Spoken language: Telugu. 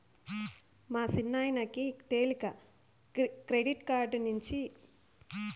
మా సిన్నాయనకి తెలీక క్రెడిట్ కార్డు నించి ఏటియం ద్వారా డబ్బులు తీసేటప్పటికి పెనల్టీ పడ్డాది